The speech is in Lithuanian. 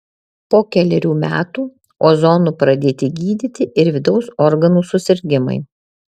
po kelerių metų ozonu pradėti gydyti ir vidaus organų susirgimai